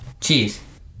Cheers